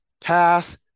pass